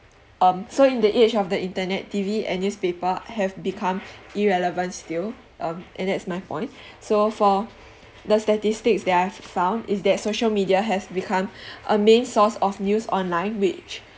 um so in the age of the internet T_V and newspaper have become irrelevant still um and that's my point so for the statistics that I have found is that social media has become a main source of news online which